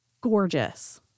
gorgeous